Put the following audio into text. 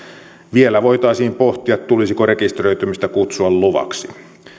vielä voitaisiin pohtia tulisiko rekisteröitymistä kutsua luvaksi